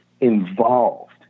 involved